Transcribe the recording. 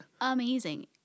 Amazing